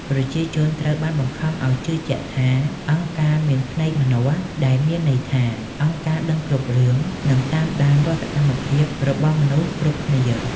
ប្រជាជនត្រូវបានបង្ខំឱ្យជឿជាក់ថា «អង្គការមានភ្នែកម្នាស់» ដែលមានន័យថាអង្គការដឹងគ្រប់រឿង និងតាមដានរាល់សកម្មភាពរបស់មនុស្សគ្រប់គ្នា។